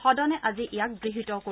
সদনে আজি ইয়াক গৃহীতও কৰিব